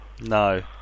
No